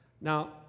Now